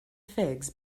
figs